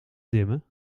dimmen